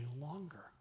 longer